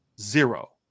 zero